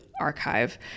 Archive